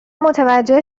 متوجه